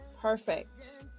perfect